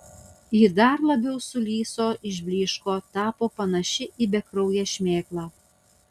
ji dar labiau sulyso išblyško tapo panaši į bekrauję šmėklą